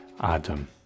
Adam